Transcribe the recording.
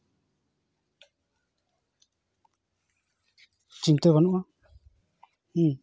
ᱪᱤᱱᱛᱟᱹ ᱵᱟᱱᱩᱜᱼᱟ ᱦᱩᱸ